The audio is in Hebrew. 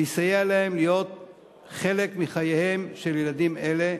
ויסייע להם להיות חלק מחייהם של ילדים אלה,